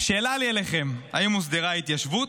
שאלה לי אליכם: האם הוסדרה ההתיישבות?